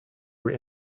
were